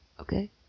Okay